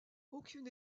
aucune